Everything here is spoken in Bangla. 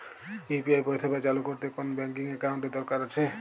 ইউ.পি.আই পরিষেবা চালু করতে কোন ব্যকিং একাউন্ট এর কি দরকার আছে?